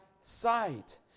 sight